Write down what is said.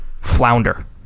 flounder